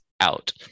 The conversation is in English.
out